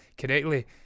correctly